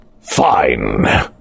Fine